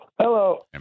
hello